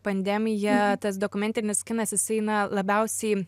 pandemija tas dokumentinis kinas jisai na labiausiai